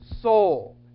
soul